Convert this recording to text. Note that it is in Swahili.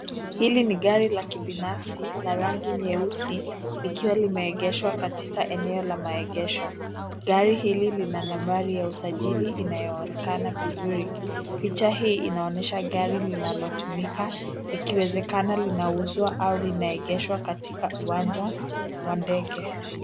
Hili ni gari la kibinafsi na rangi nyeusi likiwa limeegeshwa katika eneo la maegesho . Gari hili lina nambari ya usajili inayoonekana vizuri. Picha hii inaonyesha gari linalotumika , likiwezekana linauzwa au linaegeshwa katika uwanja wa ndege.